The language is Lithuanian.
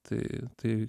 tai tai